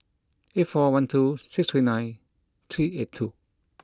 eight four one two six three nine three eight two